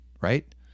Right